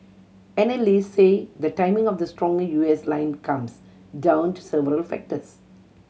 analysts say the timing of the stronger U S line comes down to several factors